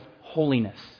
holiness